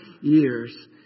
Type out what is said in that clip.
years